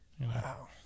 Wow